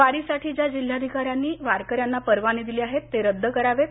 वारीसाठी ज्या जिल्हाधिकाऱ्यांनी वारकऱ्यांना परवाने दिले आहेत ते रद्द करावेत